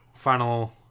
Final